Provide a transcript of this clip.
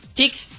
Chicks